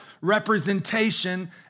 representation